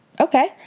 okay